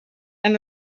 and